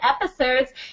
episodes